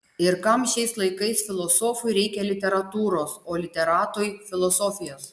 ir kam šiais laikais filosofui reikia literatūros o literatui filosofijos